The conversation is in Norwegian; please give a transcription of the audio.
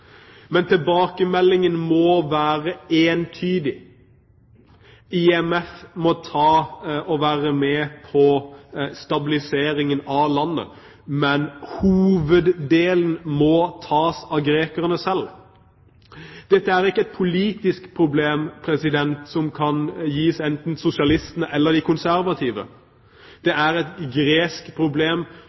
Men tilbakemeldingen må være entydig: IMF må være med på stabiliseringen av landet, men hoveddelen må tas av grekerne selv. Dette er ikke et politisk problem som kan gis enten sosialistene eller de konservative, det er et gresk problem